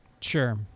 Sure